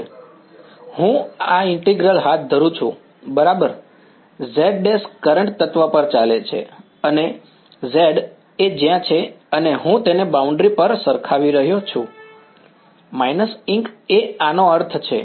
જો હું આ ઈન્ટીગ્રલ હાથ ધરું છું બરાબર z′ કરંટ તત્વ પર ચાલે છે અને z એ જ્યાં છે અને હું તેને બાઉન્ડ્રી પર સરખાવી રહ્યો છું − Einc એ આ નો અર્થ છે